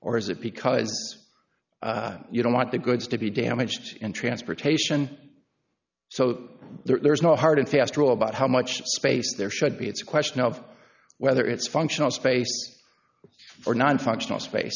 or is it because you don't want the goods to be damaged and transportation so there's no hard and fast rule about how much space there should be it's a question of whether it's functional space or non functional space